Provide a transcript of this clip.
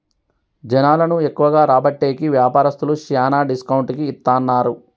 జనాలను ఎక్కువగా రాబట్టేకి వ్యాపారస్తులు శ్యానా డిస్కౌంట్ కి ఇత్తన్నారు